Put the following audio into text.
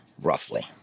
roughly